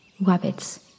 Rabbits